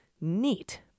Neat